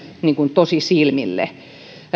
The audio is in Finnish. tosi silmille